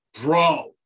Bro